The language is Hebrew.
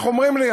איך אומרים לי?